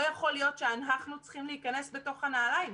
לא יכול להיות שאנחנו צריכים להיכנס לתוך הנעליים.